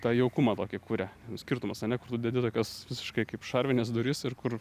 tą jaukumą tokį kuria skirtumas ane kur tu dedi tokias visiškai kaip šarvines duris ir kur